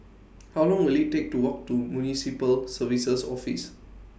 How Long Will IT Take to Walk to Municipal Services Office